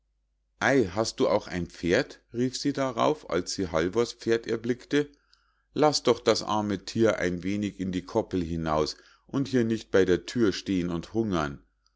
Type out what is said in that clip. ei hast du auch ein pferd rief sie darauf als sie halvors pferd erblickte laß doch das arme thier ein wenig in die koppel hinaus und hier nicht bei der thür stehen und hungern